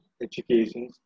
education